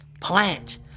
plant